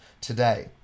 today